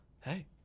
hey